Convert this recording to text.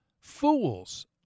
Fools